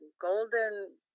golden